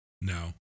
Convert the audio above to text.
No